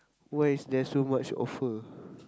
why is there so much offer